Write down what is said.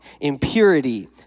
impurity